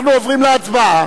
אנחנו עוברים להצבעה.